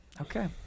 Okay